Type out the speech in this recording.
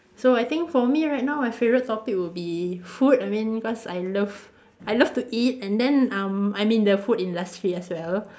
so I think for me right now my favourite topic would be food I mean cause I love I love to eat and then um I'm in the food industry as well